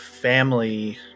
family